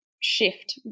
shift